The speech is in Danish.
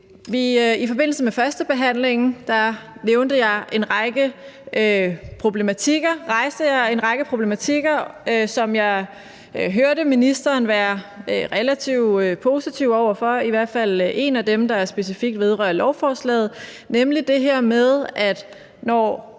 I forbindelse med førstebehandlingen rejste jeg en række problematikker, som jeg hørte ministeren være relativt positiv over for, i hvert fald en af dem, der specifikt vedrører lovforslaget, nemlig det her med, at når